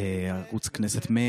אדוני היושב-ראש, חבריי חברי הכנסת,